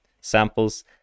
samples